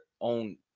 own